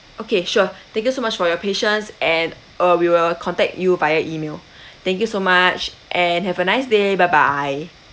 okay sure thank you so much for your patience and uh we will contact you via email thank you so much and have a nice day bye bye